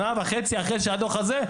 שנה וחצי לאחר הדו"ח הזה,